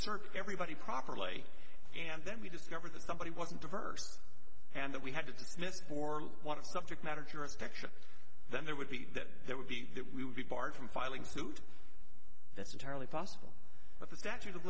everybody properly and then we discovered that somebody wasn't diverse and that we had to dismiss or want to subject matter jurisdiction then there would be that there would be that we would be barred from filing suit that's entirely possible but the statute of